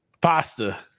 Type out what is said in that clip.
pasta